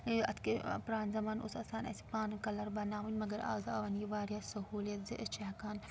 اَتھ کہِ پرانہِ زَمانہٕ اوس آسان اَسہِ پانہٕ کَلَر بَناوٕنۍ مگر آز آو وَنۍ یہِ واریاہ سہوٗلِیت زِ أسۍ چھِ ہٮ۪کان